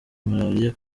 malariya